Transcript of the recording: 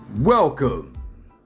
Welcome